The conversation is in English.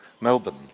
Melbourne